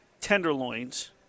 tenderloins